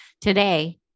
today